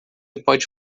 pode